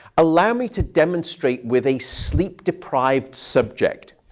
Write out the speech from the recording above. allow me to demonstrate with a sleep-deprived subject,